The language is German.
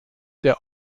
der